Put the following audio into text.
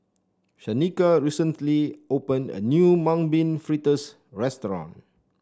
Shanika recently opened a new Mung Bean Fritters restaurant